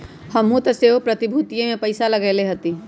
हमहुँ तऽ सेहो प्रतिभूतिय में पइसा लगएले हती